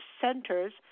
centers